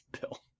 Bill